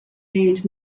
named